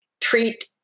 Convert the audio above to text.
Treat